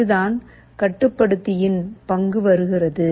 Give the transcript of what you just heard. இங்குதான் கட்டுப்படுத்தியின் பங்கு வருகிறது